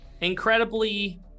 incredibly